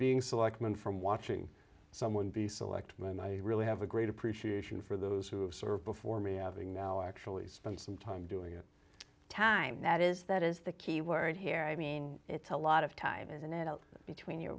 being selectman from watching someone be selectman i really have a great appreciation for those who served before me adding now i actually spent some time doing it time that is that is the key word here i mean it's a lot of time isn't it out between your